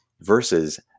versus